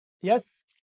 Yes